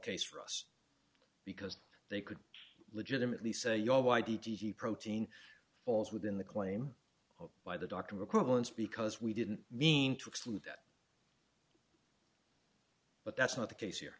case for us because they could legitimately say you know why d t g protein falls within the claim by the doctor equivalents because we didn't mean to exclude that but that's not the case here